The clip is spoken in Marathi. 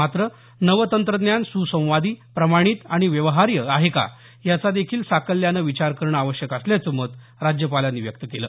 मात्र नवे तंत्रज्ञान सुसंवादी प्रमाणित आणि व्यवहार्य आहे का याचा देखील साकल्याने विचार करणं आवश्यक असल्याचं मत राज्यपालांनी व्यक्त केलं